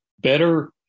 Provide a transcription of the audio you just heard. better